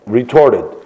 retorted